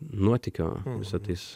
nuotykio visa tais